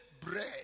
bread